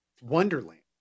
wonderland